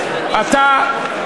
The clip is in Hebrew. אתה,